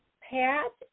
Pat